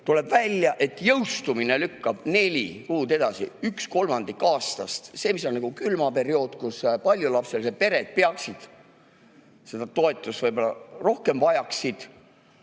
Tuleb välja, et jõustumine lükkub neli kuud edasi, üks kolmandik aastast. Külmaperioodil, kui paljulapselised pered seda toetust võib-olla rohkem vajaksid,